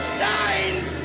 signs